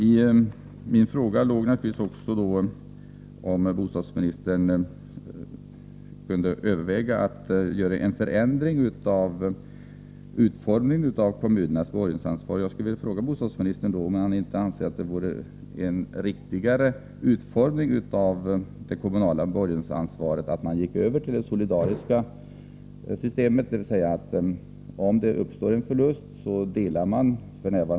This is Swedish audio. I min interpellation låg naturligtvis också frågan om bostadsministern kunde överväga att göra en förändring av utformningen av kommunernas borgensansvar. Jag skulle vilja fråga bostadsministern om han inte anser att det vore en riktigare utformning av det kommunala borgensansvaret att man gick över till det solidariska systemet, dvs. att man delar —f.